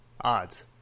odds